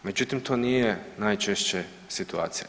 Međutim, to nije najčešće situacija.